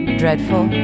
dreadful